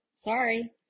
Sorry